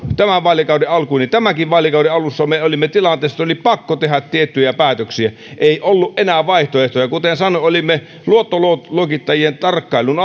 tämän vaalikauden alkuun tämänkin vaalikauden alussa me olimme tilanteessa että oli pakko tehdä tiettyjä päätöksiä ei ollut enää vaihtoehtoja kuten sanoin olimme luottoluokittajien tarkkailun